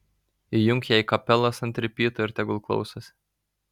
įjunk jai kapelas ant ripyto ir tegu klausosi